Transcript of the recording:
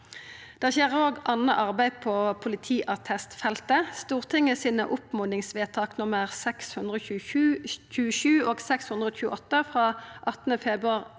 Det skjer òg anna arbeid på politiattestfeltet. Stortingets oppmodingsvedtak nr. 627 og 628 frå 18. februar